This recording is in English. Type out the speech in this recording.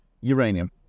uranium